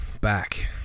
back